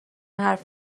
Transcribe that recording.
حرف